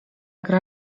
gra